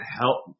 help